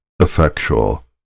effectual